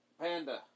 Panda